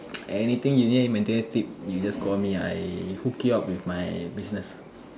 any thing you need with maintenance tip you just call me I hook you up with my business